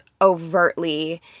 overtly